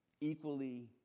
equally